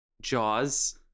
Jaws